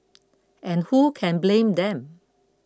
and who can blame them